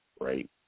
right